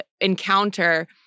encounter